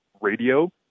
radio